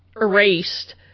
erased